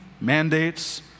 mandates